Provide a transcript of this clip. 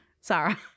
Sarah